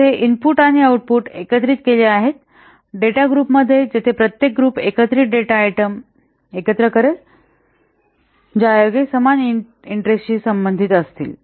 येथे इनपुट आणि आऊटपुट एकत्रित केले आहेत डेटा ग्रुप मध्ये जेथे प्रत्येक ग्रुप एकत्रित डेटा आयटम एकत्र करेल ज्यायोगे समान इंटरेस्ट शी संबंधित असतील